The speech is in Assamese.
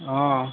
অঁ